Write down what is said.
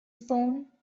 phone